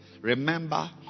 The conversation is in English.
remember